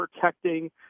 protecting